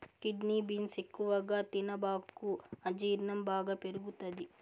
kidney beans ఎక్కువగా తినబాకు అజీర్ణం బాగా పెరుగుతది